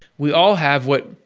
we all have what.